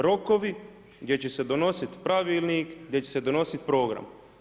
Rokovi gdje će se donositi pravilnik, gdje će se donosit program.